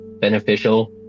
beneficial